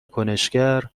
کنشگر